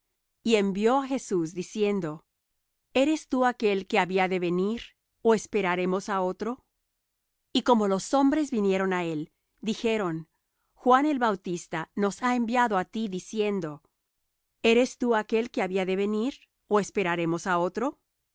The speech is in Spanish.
y envió á jesús diciendo eres tú aquél que había de venir ó esperaremos á otro y como los hombres vinieron á él dijeron juan el bautista nos ha enviado á ti diciendo eres tú aquél que había de venir ó esperaremos á otro